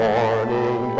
Morning